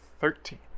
Thirteen